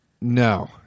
no